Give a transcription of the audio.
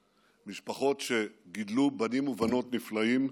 משפחות מרשימות, משפחות שגידלו בנים ובנות נפלאים,